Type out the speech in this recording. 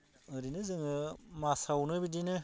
ओरैनो जोङो मासावनो बिदिनो